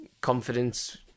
confidence